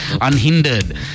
Unhindered